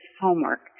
homework